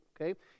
okay